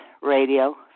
radio